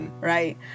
Right